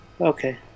Okay